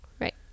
Right